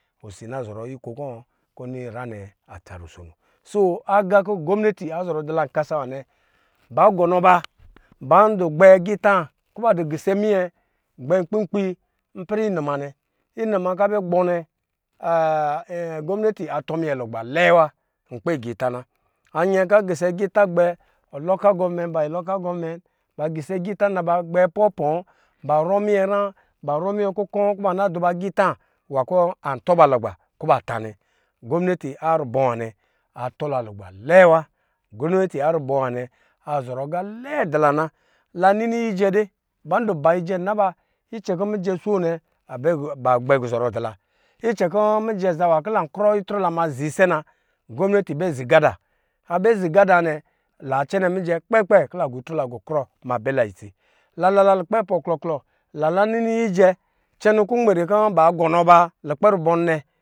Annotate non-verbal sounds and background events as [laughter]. Osi na zɔrɔ iko kɔ̄, kɔ̄ ni ra nɛ atsa rusono, so agá kɔ̄ gɔmnati azɔrɔ dila nkasawa nɛ ba gɔnɔ ba ba dɔ̄ gbɛgita kɔ̄ ba du gisɛ minyɛ gbɛ nkpi kpi ipɛrɛ inuma, inuma ka bɛ gbɔ̄ nɛ [hesitation] gɔmnati atɔɔ ninyɛ lugba lɛɛ wa nkpe gita na, alɛka gisɛ gita gbɛ lɔka gɔmɛ [unintelligible] ɔka gɔme, ba gisɛ gita na ba gbɛ pɔ̄ oɔ̄ ba rɔ minyɛra, barɔ minyɛ kukɔ̄ ku ba nadu ba gitá nwa kɔ̄ ā tɔɔ ba lugba kɔ̄ ba tā nɛ, gomneti a rubɔ̄ nwanɛ atɔla lugbɛ lɛɛ wa, gɔmnati arubɔ̄ nwanɛ azɔrɔ ga lɛɛ dula na, la nini ijɛ de ba dɔ̄ ba ijɛ na be kɛ kɔ̄ mijɛ soo nɛba guzɔrɔ dɔ la. Icɛ kɔ̄ mijɛ zaa wa kɔ̄ la krɔ itrɔ la zisɛ na gɔmnati bɛ zi gada, abɛzi gada nɛ la cɛnɛ kpɛ kɔ̄ la gutrɔ trɔ la gukrɔma bɛla itsi, la na la lukpɛ pɔ̄ɔ̄ klɔ klɔ lana ni ijɛ cɛ nɔ kumɛrɛ kɔ̄ ba gɔnɔ ba lukpɛ rubɔ̄ nɛ.